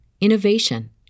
innovation